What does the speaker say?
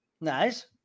Nice